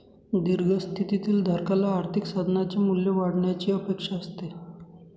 दीर्घ स्थितीतील धारकाला आर्थिक साधनाचे मूल्य वाढण्याची अपेक्षा असते